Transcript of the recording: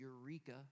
eureka